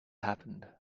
happened